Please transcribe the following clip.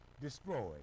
destroyed